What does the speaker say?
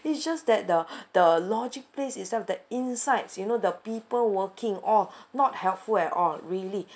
it's just that the the logic place itself the insides you know the people working all not helpful at all really